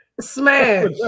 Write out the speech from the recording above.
Smash